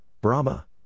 Brahma